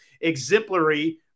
exemplary